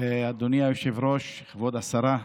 היושב-ראש, כבוד השרה,